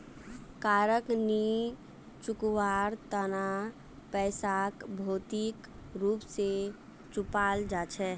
कारक नी चुकवार तना पैसाक भौतिक रूप स चुपाल जा छेक